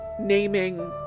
naming